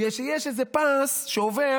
בגלל שיש איזה פס שעובר,